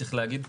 צריך להגיד,